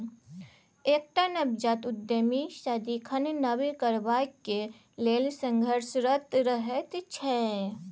एकटा नवजात उद्यमी सदिखन नब करबाक लेल संघर्षरत रहैत छै